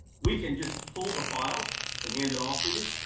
we can just pull the file and hand it off to you.